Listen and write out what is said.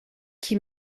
qui